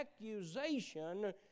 accusation